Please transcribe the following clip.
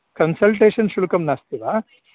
consultation शुल्कं नास्ति वा